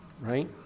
Right